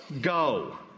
go